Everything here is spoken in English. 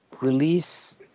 release